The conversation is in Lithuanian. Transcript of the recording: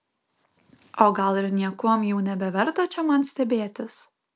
o gal ir niekuom jau nebeverta čia man stebėtis